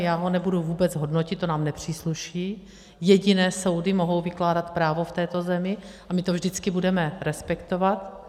Já ho nebudu vůbec hodnotit, to nám nepřísluší, jediné soudy mohou vykládat právo v této zemi a my to vždycky budeme respektovat.